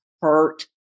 hurt